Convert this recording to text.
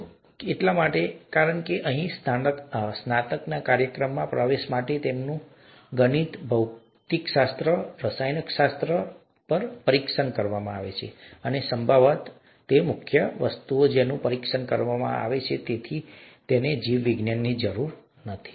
તે એટલા માટે છે કારણ કે અહીં સ્નાતકના કાર્યક્રમોમાં પ્રવેશ માટે તેઓનું ગણિત ભૌતિકશાસ્ત્ર રસાયણશાસ્ત્ર પર પરીક્ષણ કરવામાં આવે છે અને સંભવતઃ હા આ મુખ્ય વસ્તુઓ છે જેનું પરીક્ષણ કરવામાં આવે છે અને તેથી તેમને જીવવિજ્ઞાનની જરૂર નથી